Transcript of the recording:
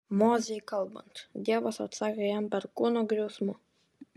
mozei kalbant dievas atsakė jam perkūno griausmu